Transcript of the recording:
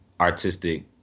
artistic